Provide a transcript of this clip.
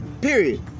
period